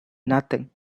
nothing